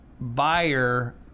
buyer